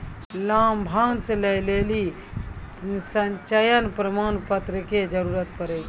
लाभांश लै के लेली संचय प्रमाण पत्र के जरूरत पड़ै छै